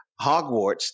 Hogwarts